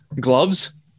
gloves